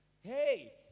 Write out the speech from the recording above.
Hey